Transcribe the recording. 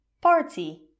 Party